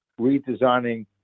redesigning